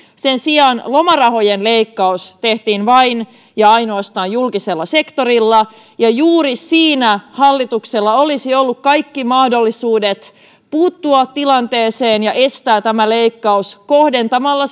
sen sijaan lomarahojen leikkaus tehtiin vain ja ainoastaan julkisella sektorilla ja juuri siinä hallituksella olisi ollut kaikki mahdollisuudet puuttua tilanteeseen ja estää leikkaus kohdentamalla